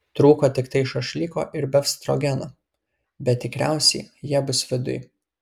trūko tiktai šašlyko ir befstrogeno bet tikriausiai jie bus viduj